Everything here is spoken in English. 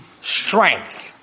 strength